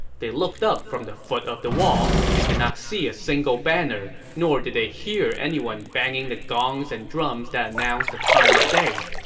they looked up from the foot of the wall. they and did not see a single banner, nor did they hear anyone banging the gongs and drums that announced the time of day.